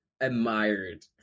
admired